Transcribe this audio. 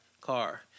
car